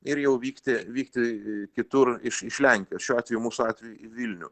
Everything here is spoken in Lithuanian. ir jau vykti vykti kitur iš iš lenkijos šiuo atveju mūsų atveju į vilnių